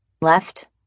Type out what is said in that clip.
left